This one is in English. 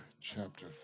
chapter